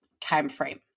timeframe